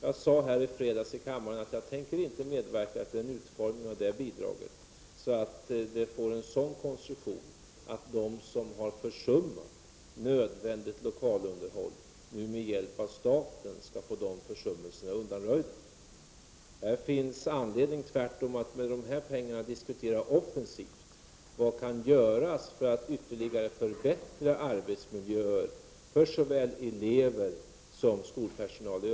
Jag sade i kammaren i fredags att jag inte tänker medverka till en utformning av detta bidrag som innebär att det får en sådan konstruktion att de som har försummat nödvändigt lokalunderhåll nu med hjälp av staten skall få dessa försummelser undanröjda. Här finns tvärtom anledning att diskutera offensivt vad som kan göras med dessa pengar för att ytterligare förbättra arbetsmiljöer för såväl elever som skolpersonalen.